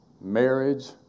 marriage